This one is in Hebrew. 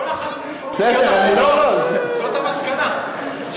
כל החתולים קראו בעיתון, זאת המסקנה.